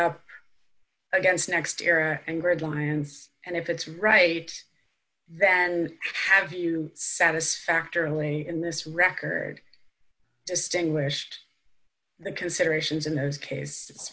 up against next year and grid lines and if it's right then have you satisfactorily in this record distinguished the considerations in this case